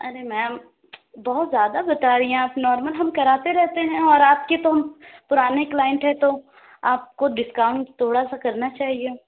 ارے ma'am بہت زیادہ بتا رہی ہیں آپ نارمل ہم کراتے رہتے ہیں اور آپ کے تو ہم پُرانے کلائنٹ ہیں تو آپ کو ڈسکاؤنٹ تھوڑا سا کرنا چاہیے